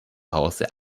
hause